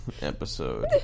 episode